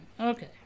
Okay